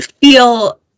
feel